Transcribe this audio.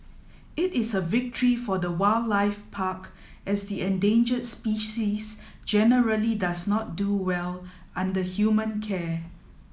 it is a victory for the wildlife park as the endangered species generally does not do well under human care